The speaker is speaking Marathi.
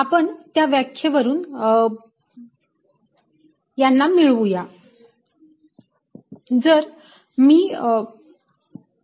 आपण त्या व्याखे वरून यांना मिळवूया